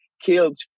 killed